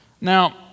Now